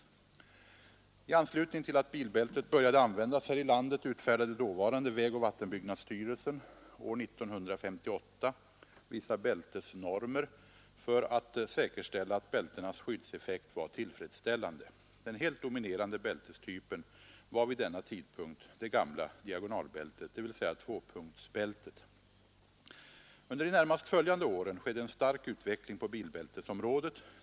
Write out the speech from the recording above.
I anslutning till att bilbältet började användas här i landet utfärdade dåvarande vägoch vattenbyggnadsstyrelsen år 1958 vissa bältesnormer för att säkerställa att bältenas skyddseffekt var tillfredsställande. Den helt dominerande bältestypen var vid denna tidpunkt det gamla diagonalbältet, dvs. tvåpunktsbältet. Under de närmast följande åren skedde en stark utveckling på bilbältesområdet.